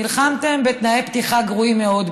נלחמתם בתנאי פתיחה גרועים מאוד,